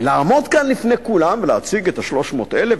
לעמוד כאן לפני כולם ולהציג את ה-300,000,